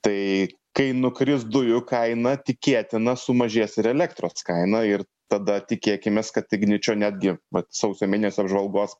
tai kai nukris dujų kaina tikėtina sumažės ir elektros kaina ir tada tikėkimės kad igničio netgi vat sausio mėnesio apžvalgos